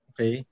Okay